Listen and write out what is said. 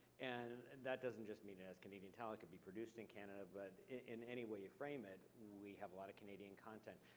and and that doesn't just mean it has canadian talent. it could be produced in canada, but in any way you frame it, we have a lot of canadian content.